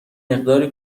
مقداری